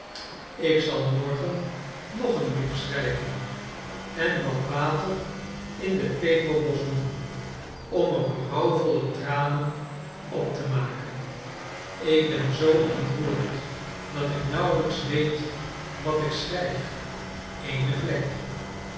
ik zal morgen nog een brief schrijven en wat water in de peperbos doen om er berouwvolle tranen op te maken ik ben zoo ontroerd dat ik nauwelijks weet wat ik schrijf eene vlek